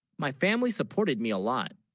my family supported, me a lot,